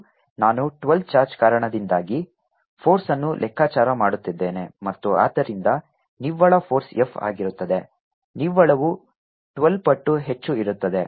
ಮತ್ತು ನಾನು 12 ಚಾರ್ಜ್ ಕಾರಣದಿಂದಾಗಿ ಫೋರ್ಸ್ಅನ್ನು ಲೆಕ್ಕಾಚಾರ ಮಾಡುತ್ತಿದ್ದೇನೆ ಮತ್ತು ಆದ್ದರಿಂದ ನಿವ್ವಳ ಫೋರ್ಸ್ F ಆಗಿರುತ್ತದೆ ನಿವ್ವಳವು 12 ಪಟ್ಟು ಹೆಚ್ಚು ಇರುತ್ತದೆ